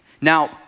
Now